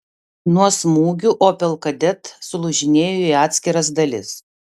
nuo smūgių opel kadett sulūžinėjo į atskiras dalis